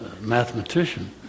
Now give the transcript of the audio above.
mathematician